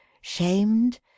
shamed